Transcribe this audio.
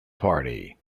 party